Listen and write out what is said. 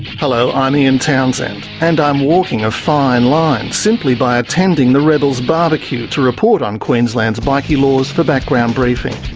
hello, i'm ian townsend, and i'm walking a fine line simply by attending the rebels barbecue to report on queensland's bikie laws for background briefing.